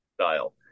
style